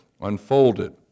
unfolded